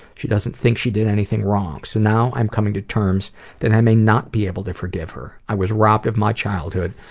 she doesn't think she did anything wrong, so now i'm coming to terms that i may not be able to forgive her. i was robbed of my childhood.